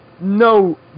No